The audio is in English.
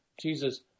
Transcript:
Jesus